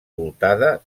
voltada